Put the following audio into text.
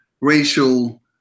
racial